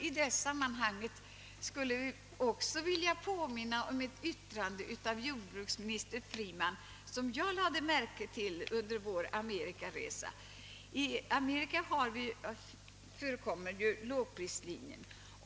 I detta sammanhang skulle också jag vilja påminna om ett yttrande som jordbruksminister Freeman fällde under vår amerikaresa. I Amerika följer man alltså lågprislinjen.